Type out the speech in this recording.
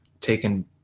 taken